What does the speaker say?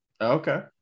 Okay